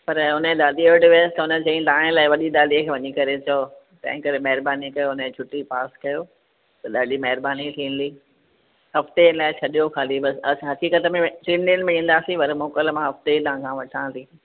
पर हुन दादीअ वटि वयसि त हुन चयाईं तव्हां जे लाइ वॾी दादीअ खे वञी करे चओ त हिन करे महिरबानी कयो हुन जी छुटी पास कयो त ॾाढी महिरबानी थींदी हफ़्ते लाइ छॾियो ख़ाली बस असां हक़ीक़त में टिनि ॾींहनि में ईंदासीं पर मोकल मां हफ़्ते जी तव्हां खां वठां थी